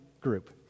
group